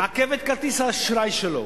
מעכבת את כרטיס האשראי שלו.